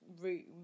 room